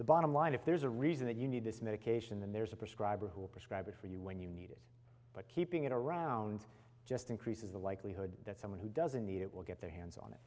the bottom line if there's a reason that you need this medication there's a prescriber who will prescribe it for you when you need it but keeping it around just increases the likelihood that someone who doesn't need it will get their hands on it